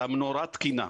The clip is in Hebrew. שהמנורה תקינה.